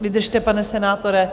Vydržte, pane senátore.